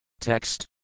Text